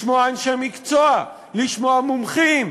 לשמוע אנשי מקצוע, לשמוע מומחים,